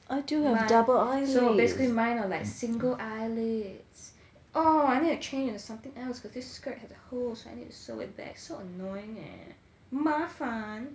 mine so basically mine are like single eyelids oh I need to change into something else because this skirt has a hole so I need to sew back so annoying eh 麻烦